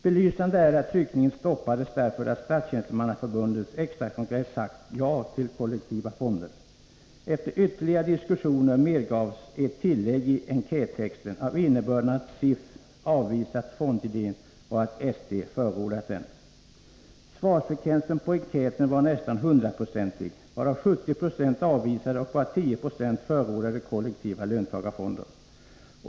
Belysande är att enkättexten stoppades därför att Statstjänstemannaförbundets extrakongress sagt ja till kollektiva fonder. Efter ytterligare diskussioner medgavs ett tillägg i enkättexten, av innebörd att SIF avvisat fondidén och att ST förordat den. Svarsfrekvensen på enkäten var nästan 100 96, varav 70 96 avvisade och bara 10 96 förordade kollektiva löntagarfonder.